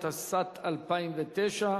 התשס"ט 2009,